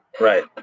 Right